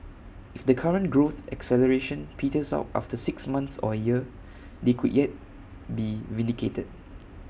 if the current growth acceleration peters out after six months or A year they could yet be vindicated